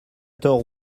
tort